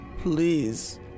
Please